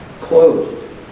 closed